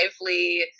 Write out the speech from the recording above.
lively